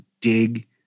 dig